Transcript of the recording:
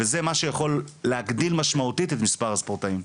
וזה מה שיכול להגדיל משמעותית את מספר הספורטאים.